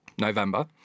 November